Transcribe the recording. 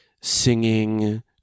singing